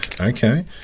Okay